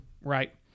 right